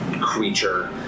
creature